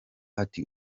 ati